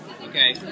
Okay